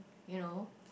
you know